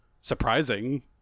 Surprising